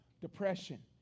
depression